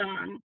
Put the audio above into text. on